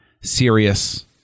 serious